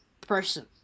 person